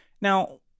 Now